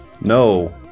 No